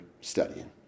studying